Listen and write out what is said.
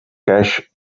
cash